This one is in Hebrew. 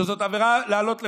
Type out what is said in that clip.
שזאת עבירה לעלות לחומש,